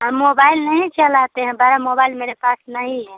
हम मोबाइल नहीं चलाते हैं बड़ा मोबाइल मेरे पास नहीं है